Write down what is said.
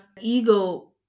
ego